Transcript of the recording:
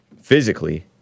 Physically